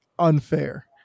unfair